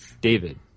David